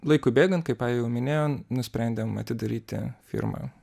laikui bėgant kaip aja jau minėjo nusprendėm atidaryti firmą